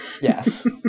Yes